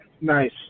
Nice